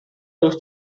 durch